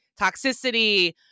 toxicity